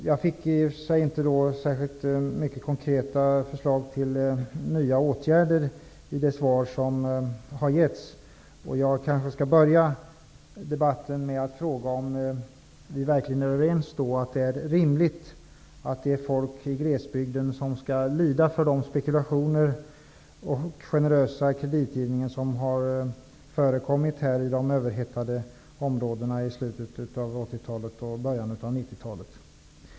Jag fick i och för sig inte särskilt många konkreta förslag till nya åtgärder i det svar som har getts. Jag kanske skall börja debatten med att fråga om det verkligen är rimligt att folk i glesbygden skall lida för de spekulationer och den generösa kreditgivning som har förekommit i de överhettade områdena i slutet av 80-talet och början av 90-talet.